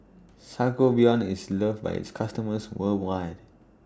Sangobion IS loved By its customers worldwide